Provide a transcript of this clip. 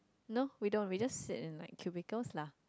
no we don't we just say in like cubicle lah